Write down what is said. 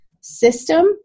system